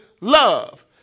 love